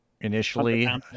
initially